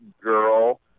girl